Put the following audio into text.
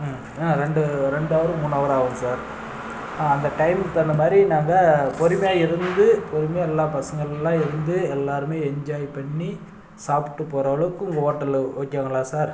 ம் ஆ ரெண்டு ரெண்டு ஹவரு மூணு ஹவர் ஆகும் சார் ஆ அந்த டைம் தகுந்தமாதிரி நாங்கள் பொறுமையா இருந்து பொறுமையா எல்லாம் பசங்கெல்லாம் இருந்து எல்லோருமே என்ஜாய் பண்ணி சாப்பிட்டு போகிற அளவுக்கு உங்கள் ஓட்டல்லு ஓகேங்களா சார்